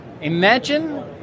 Imagine